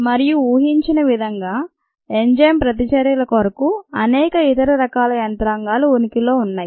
మరియు ఊహించిన విధంగా ఎంజైమ్ ప్రతిచర్యల కొరకు అనేక ఇతర రకాల యంత్రాంగాలు ఉనికిలో ఉన్నాయి